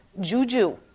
juju